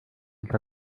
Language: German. nicht